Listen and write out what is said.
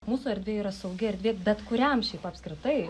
mūsų erdvė yra saugi erdvė bet kuriam šiaip apskritai